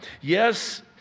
Yes